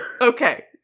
Okay